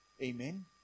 Amen